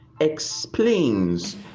explains